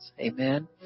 Amen